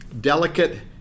delicate